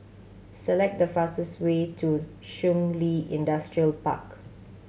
select the fastest way to Shun Li Industrial Park